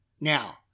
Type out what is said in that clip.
Now